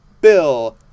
Bill